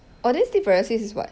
oh then sleep paralysis is what